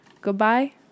Goodbye